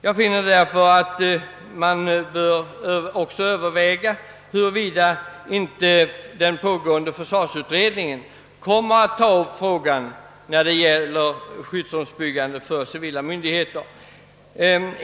Jag anser därför att det bör övervägas om inte den arbetande försvarsutredningen, skall ta upp frågan om skyddsrumsbyggande för vissa civila myndigheter.